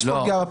לא.